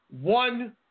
One